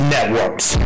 Networks